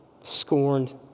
scorned